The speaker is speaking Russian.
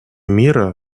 мира